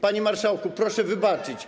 Panie marszałku, proszę wybaczyć.